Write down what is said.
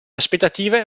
aspettative